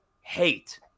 hate